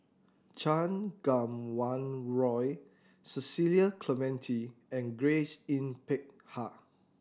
Chan Kum Wah Roy Cecil Clementi and Grace Yin Peck Ha